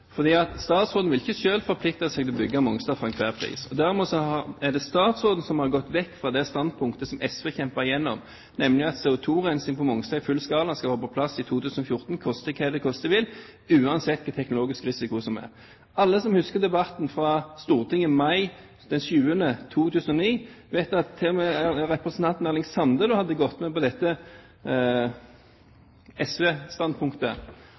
Statsråden vil ikke selv forplikte seg til å bygge Mongstad for enhver pris. Dermed er det statsråden som har gått vekk fra det standpunktet som SV kjempet gjennom, nemlig at CO2-rensing på Mongstad i fullskala skal være på plass i 2014 koste hva det koste vil, uansett hva den teknologiske risikoen er. Alle som husker debatten i Stortinget 7. mai 2009, vet at til og med representanten Erling Sande gikk med på dette